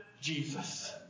Jesus